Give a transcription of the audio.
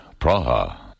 Praha